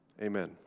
amen